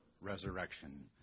resurrection